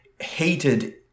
hated